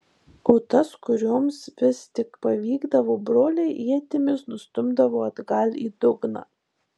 o tas kurioms vis tik pavykdavo broliai ietimis nustumdavo atgal į dugną